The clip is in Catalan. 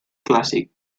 clàssic